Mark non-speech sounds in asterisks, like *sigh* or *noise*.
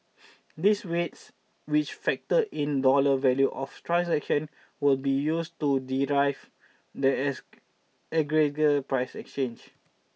these weights which factor in dollar value of transactions will be used to derive the *unintelligible* aggregate price exchange